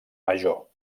major